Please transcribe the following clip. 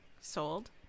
sold